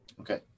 Okay